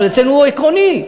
אבל אצלנו הוא עקרוני,